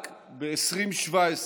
רק ב-2017,